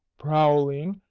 prowling,